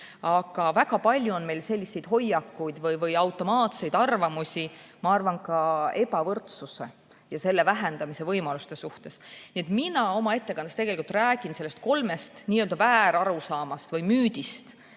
Aga väga palju on meil selliseid hoiakuid või automaatseid arvamusi, ma arvan, ka ebavõrdsuse ja selle vähendamise võimaluste suhtes. Mina oma ettekandes räägin nendest kolmest n‑ö väärarusaamast või müüdist,